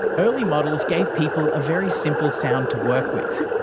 early models gave people a very simple sound to work with,